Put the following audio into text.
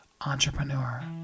entrepreneur